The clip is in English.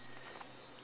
and uh